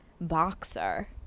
boxer